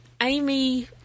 Amy